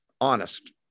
honest